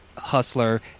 hustler